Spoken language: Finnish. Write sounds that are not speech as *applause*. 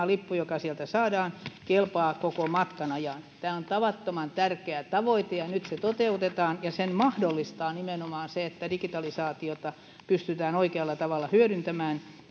*unintelligible* lippu joka sieltä saadaan kelpaa koko matkan ajan tämä on tavattoman tärkeä tavoite ja nyt se toteutetaan ja sen mahdollistaa nimenomaan se että digitalisaatiota pystytään oikealla tavalla hyödyntämään